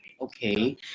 okay